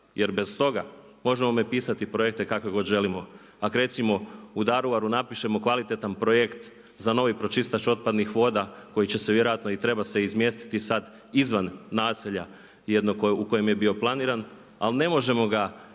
Jer bez toga možemo mi pisati projekte kakve god želimo. Ako recimo u Daruvaru napišemo kvalitetan projekt za novi pročistač otpadnih voda koji će se vjerojatno i treba se izmjestiti sad izvan naselja jednog u kojem je bio planiran, ali ne možemo ga provesti